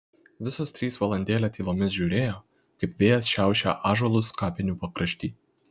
visos trys valandėlę tylomis žiūrėjo kaip vėjas šiaušia ąžuolus kapinių pakrašty